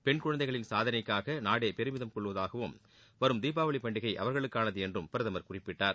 பெண் குழந்தைகளின் காதனைக்காக நாடே பெருமிதம் கொள்வதாகவும் வரும் தீபாவளி பண்டிகை அவர்களுக்கானது என்றும் பிரதமர் குறிப்பிட்டார்